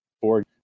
four